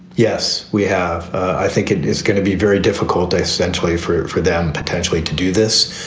yes, we have. i think it is going to be very difficult a century for it for them potentially to do this.